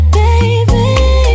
baby